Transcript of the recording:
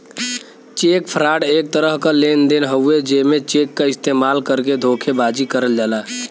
check fraud एक तरह क लेन देन हउवे जेमे चेक क इस्तेमाल करके धोखेबाजी करल जाला